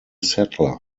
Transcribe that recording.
settler